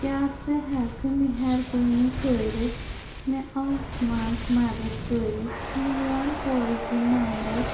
کیٛاہ ژٕ ہٮ۪ککھٕ مہربٲنی کٔرِتھ مےٚ اَتھ منٛز مدتھ کٔرِتھ میٛون پالیسی نمبر